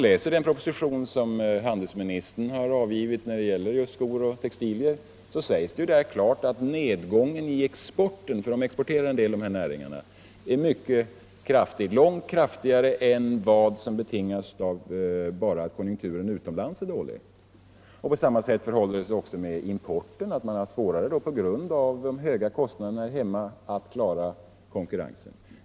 I den av handelsministern framlagda propositionen om skooch textilindustrin sägs det klart att nedgången för den exporterande delen av dessa näringar är mycket kraftig, långt större än vad som betingas enbart av den dåliga konjunkturen utomlands. På samma sätt förhåller det sig med importen. Man har på grund av de höga kostnaderna här hemma svårigheter att klara konkurrensen med denna.